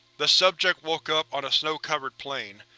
the subject woke up on a snow covered plain.